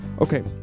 Okay